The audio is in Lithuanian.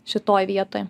šitoj vietoj